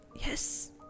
Yes